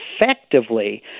effectively